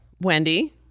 Wendy